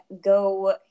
go